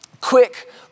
Quick